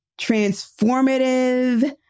transformative